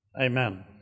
amen